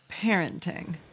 parenting